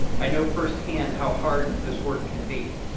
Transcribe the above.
i know firsthand how hard this work can be,